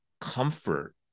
comfort